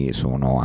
sono